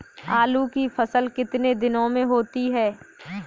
आलू की फसल कितने दिनों में होती है?